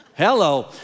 hello